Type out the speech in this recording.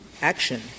action